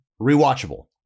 rewatchable